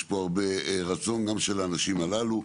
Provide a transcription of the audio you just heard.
יש פה הרבה רצון גם של האנשים הללו,